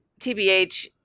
TBH